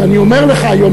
ואני אומר לך: היום,